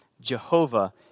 Jehovah